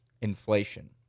inflation